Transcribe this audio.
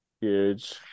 Huge